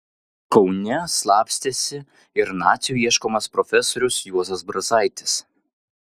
kaune slapstėsi ir nacių ieškomas profesorius juozas brazaitis